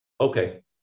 Okay